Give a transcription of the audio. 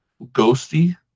ghosty